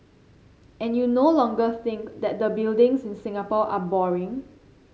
and you no longer think that the buildings in Singapore are boring